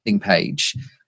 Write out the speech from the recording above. page